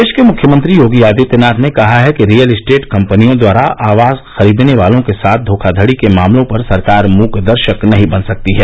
प्रदेश के मुख्यमंत्री योगी आदित्यनाथ ने कहा है कि रियल इस्टेट कम्पनियों द्वारा आवास खरीदने वालों के साथ घोखाघड़ी के मामलों पर सरकार मुकदर्शक नहीं बन सकती है